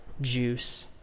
juice